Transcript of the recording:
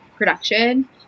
production